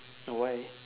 why